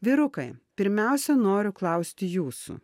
vyrukai pirmiausia noriu klausti jūsų